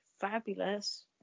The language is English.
fabulous